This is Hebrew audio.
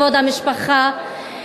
כבוד המשפחה.